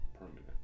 permanent